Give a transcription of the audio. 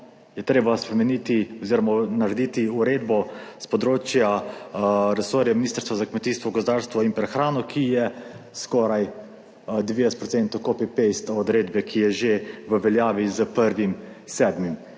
je treba spremeniti oziroma narediti uredbo s področja resorja Ministrstva za kmetijstvo, gozdarstvo in prehrano, ki je skoraj 90 % »copy-paste« odredbe, ki je že v veljavi s 1. 7.